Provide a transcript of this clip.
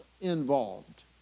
involved